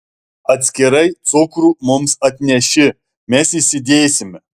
atskirai cukrų mums atneši mes įsidėsime